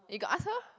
you got ask her